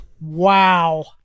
Wow